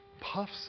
puffs